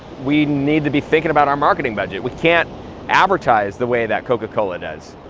we need to be thinking about um marketing budget, we can't advertise the way that coca-cola does,